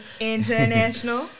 international